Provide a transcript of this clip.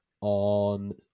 on